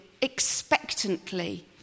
expectantly